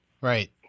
Right